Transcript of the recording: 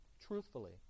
truthfully